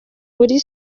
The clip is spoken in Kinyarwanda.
kuri